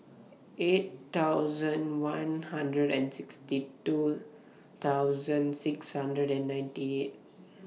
eight thousand one hundred and sixty two thousand six hundred and ninety eight